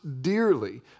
dearly